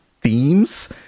themes